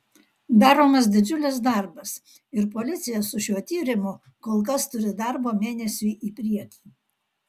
daromas didžiulis darbas ir policija su šiuo tyrimu kol kas turi darbo mėnesiui į priekį